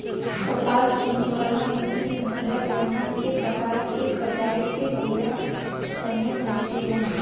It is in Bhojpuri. कपास चुने वाला मशीन होला जवना से कपास के कटाई के बेरा समय बचेला